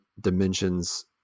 dimensions